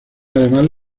además